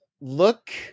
Look